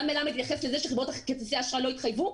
רן מלמד התייחס לזה שחברות כרטיסי האשראי לא יתחייבו,